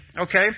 Okay